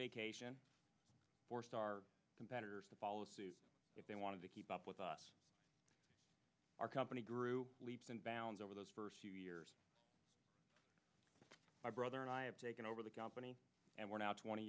vacation forced our competitors to follow suit if they wanted to keep up with us our company grew leaps and bounds over those first few years my brother and i have taken over the company and we're now twenty